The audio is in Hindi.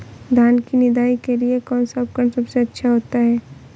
धान की निदाई के लिए कौन सा उपकरण सबसे अच्छा होता है?